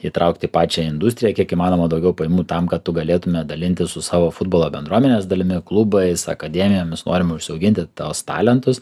įtraukt į pačią industriją kiek įmanoma daugiau pajamų tam kad tu galėtume dalintis su savo futbolo bendruomenės dalimi klubais akademijomis norim užsiauginti tuos talentus